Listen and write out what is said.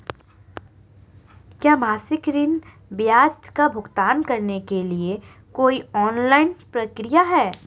क्या मासिक ऋण ब्याज का भुगतान करने के लिए कोई ऑनलाइन प्रक्रिया है?